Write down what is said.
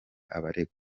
abaregwa